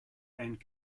and